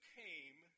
came